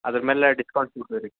ಅದ್ರ ಮ್ಯಾಲ ಡಿಸ್ಕೌಂಟ್ ಕೊಡ್ತೇವೆ ರೀ